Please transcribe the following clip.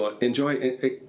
enjoy